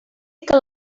que